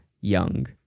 Young